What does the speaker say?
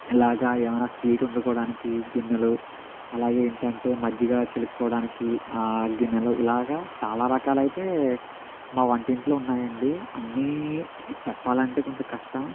ఇలాగా ఏమైనా స్వీట్ వండుకోవడానికి గిన్నెలు అలాగే ఏంటి అంటే మజ్జిగ చిలుక్కోవడానికి గిన్నెలు ఇలాగా చాలా రకాలు అయితే మా వంటింట్లో ఉన్నాయి అండి అన్నీ చెప్పాలి అంటే కొంచెం కష్టం